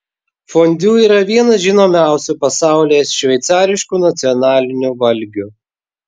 fondiu yra vienas žinomiausių pasaulyje šveicariškų nacionalinių valgių